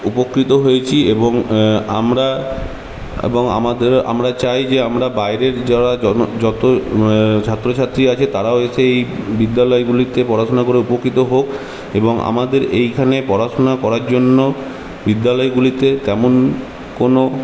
উপকৃত হয়েছি এবং আমরা এবং আমাদের আমরা চাই যে আমরা বাইরের যারা যত ছাত্রছাত্রী আছে তারাও এসে এই বিদ্যালয়গুলিতে পড়াশোনা করে উপকৃত হোক এবং আমাদের এইখানে পড়াশোনা করার জন্য বিদ্যালয়গুলিতে তেমন কোনো